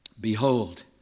Behold